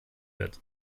wird